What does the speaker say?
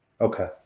Okay